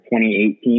2018